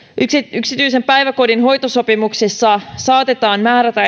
yksityisen päiväkodin hoitosopimuksissa saatetaan määrätä